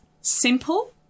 simple